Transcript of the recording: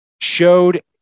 showed